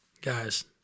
guys